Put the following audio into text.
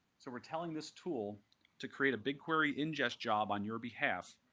so we're telling this tool to create a bigquery ingest job on your behalf.